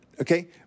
Okay